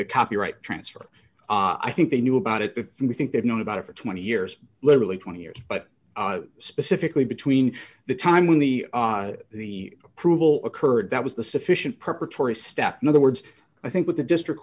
the copyright transfer i think they knew about it if you think they've known about it for twenty years literally twenty years but specifically between the time when the the approval occurred that was the sufficient preparatory step in other words i think that the district